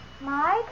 Mike